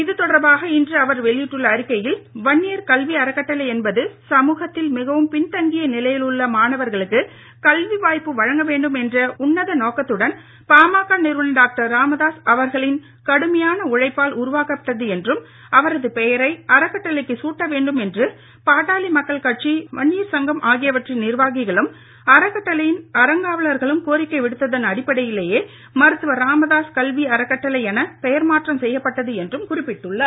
இது தொடர்பாக இன்று அவர் வெளியிட்டுள்ள அறிக்கையில் வன்னியர் கல்வி அறக்கட்டளை என்பது சமூகத்தில் மிகவும் பின்தங்கிய நிலையிலுள்ள மாணவர்களுக்கு கல்வி வாய்ப்பு வழங்க வேண்டும் என்ற உன்னத நோக்கத்துடன் பாமக நிறுவனர் டாக்டர் ராமதாஸ் அவர்களின் கடுமையான உழைப்பால் உருவாக்கப்பட்டது என்றும் அவரது பெயரை அறக்கட்டளைக்கு சூட்ட வேண்டும் என்று பாட்டாளி மக்கள் கட்சி வன்னியர் சங்கம் ஆகியவற்றின் நிர்வாகிகளும் அறக்கட்டளையின் அறங்காவலர்களும் கோரிக்கை விடுத்ததன் அடிப்படையிலேயே மருத்துவர் இராமதாஸ் கல்வி அறக்கட்டளை என பெயர் மாற்றம் செய்யப்பட்டுள்ளது என்றும் குறிப்பிட்டுள்ளார்